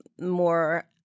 more